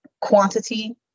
quantity